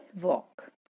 walk